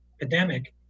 epidemic